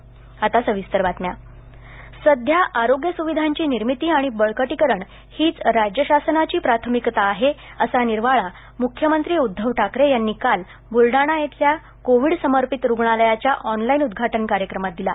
उद्धव ठाकरे सध्या आरोग्य सुविधांची निर्मिती आणि बळकटीकरण हीच राज्य शासनाची प्राथमिकता आहे असा निर्वाळा मुख्यमंत्री उद्धव ठाकरे यांनी काल बुलडाणा येथील कोविड समर्पित रूग्णालयाच्या ऑनलाईन उद्घाटन कार्यक्रमात दिला